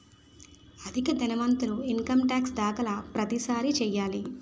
అధిక ధనవంతులు income tax దాఖలు ప్రతిసారి చేయాలి